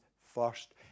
first